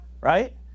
Right